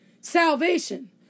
salvation